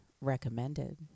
recommended